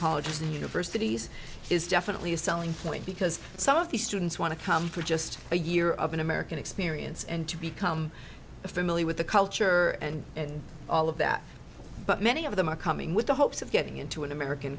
colleges and universities is definitely a selling point because some of the students want to come for just a year of an american experience and to become familiar with the culture and all of that but many of them are coming with the hopes of getting into an american